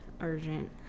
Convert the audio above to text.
Urgent